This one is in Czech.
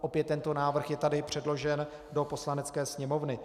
Opět tento návrh je tady předložen do Poslanecké sněmovny.